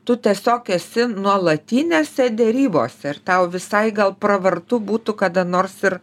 tu tiesiog esi nuolatinėse derybose ir tau visai gal pravartu būtų kada nors ir